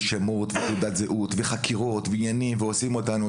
שמות ותעודת זהות וחקירות ועניינים ועושים אותנו,